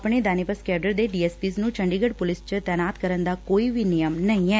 ਆਪਣੇ DANIPS cadre ਦੇ DSPs ਨੂੰ ਚੰਡੀਗੜ੍ਹ ਪੁਲਿਸ ਵਿਚ ਤਾਇਨਾਤ ਕਰਨ ਦਾ ਕੋਈ ਵੀ ਨਿਯਮ ਨਹੀਂ ਐ